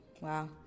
Wow